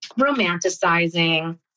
romanticizing